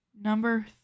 number